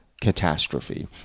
catastrophe